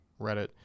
Reddit